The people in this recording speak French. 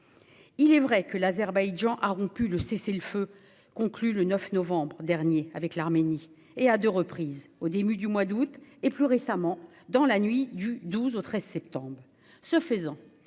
Il est vrai que l'Azerbaïdjan a rompu le cessez-le-feu conclu le 9 novembre 2020 avec l'Arménie à deux reprises- une première fois au début du mois d'août et, plus récemment, dans la nuit du 12 au 13 septembre